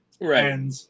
Right